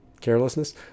carelessness